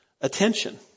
attention